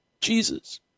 Jesus